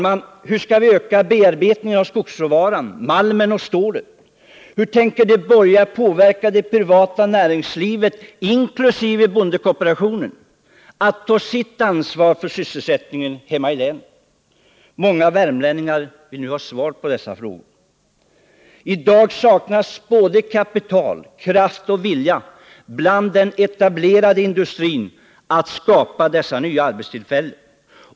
Många värmlänningar vill nu ha svar på dessa frågor. I dag saknas både kapital, kraft och vilja hos den etablerade industrin att skapa nya arbetstillfällen.